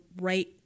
right